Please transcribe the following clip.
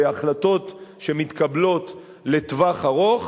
בהחלטות שמתקבלות לטווח ארוך,